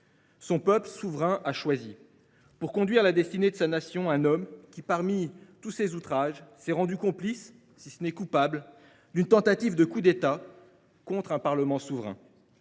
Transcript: le peuple souverain a choisi pour conduire les destinées de la Nation un homme qui, entre autres outrages, s’est rendu complice, si ce n’est coupable, d’une tentative de coup d’État contre un Parlement lui